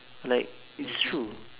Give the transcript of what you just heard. like it's true